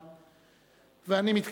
ירושלים,